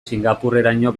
singapurreraino